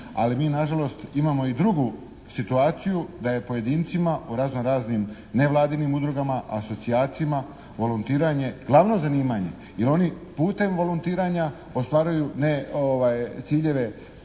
ali mi nažalost imamo i drugu situaciju da je pojedincima u razno raznim nevladinim udrugama, asocijacijama volontiranje glavno zanimanje jer oni putem volontiranja ostvaruju ne ciljeve